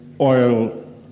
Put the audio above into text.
oil